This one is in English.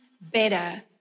better